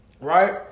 right